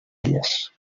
elles